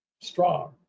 strong